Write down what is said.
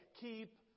keep